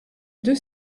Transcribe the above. deux